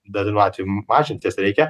dažnu atveju mažint jas reikia